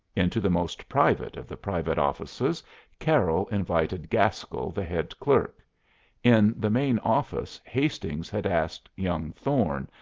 into the most private of the private offices carroll invited gaskell, the head clerk in the main office hastings had asked young thorne,